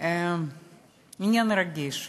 עניין רגיש,